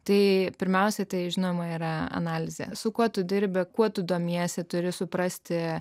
tai pirmiausia tai žinoma yra analizė su kuo tu dirbi kuo tu domiesi turi suprasti